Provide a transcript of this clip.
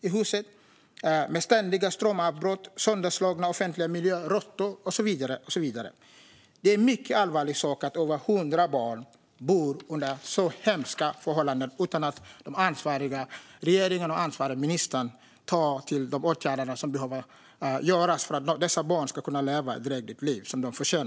Det är ständiga strömavbrott, sönderslagen utemiljö, råttor och så vidare. Det är mycket allvarligt att över hundra barn bor under så hemska förhållanden utan att regeringen och ansvarig minister vidtar de åtgärder som krävs för att dessa barn ska kunna leva ett drägligt liv.